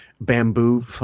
bamboo